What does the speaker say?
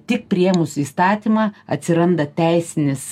tik priėmus įstatymą atsiranda teisinis